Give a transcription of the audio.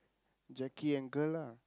Jacky and girl lah